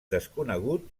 desconegut